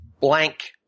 blank